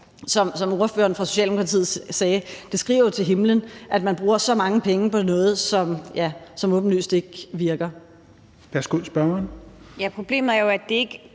som ordføreren for Socialdemokratiet sagde, skriger det da til himlen, at man bruger så mange penge på noget, som åbenlyst ikke virker. Kl. 17:17 Fjerde